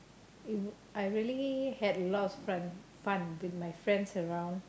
mm I really had lots friend fun with my friends around